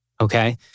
okay